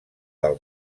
del